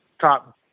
top